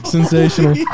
Sensational